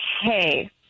Hey